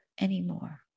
anymore